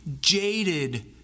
jaded